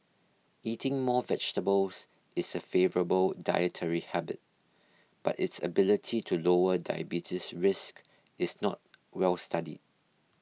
eating more vegetables is a favourable dietary habit but its ability to lower diabetes risk is not well studied